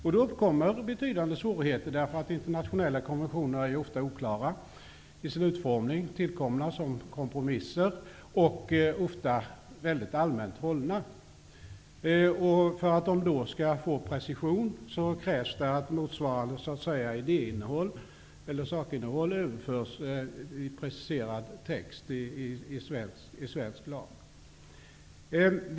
Då uppkommer betydande svårigheter, eftersom internationella konventioner ofta är oklara i sin utformning. De är tillkomna som kompromisser och ofta väldigt allmänt hållna. För att konventionerna skall få precision krävs att mosvarande sakinnehåll överförs i preciserad text i svensk lag.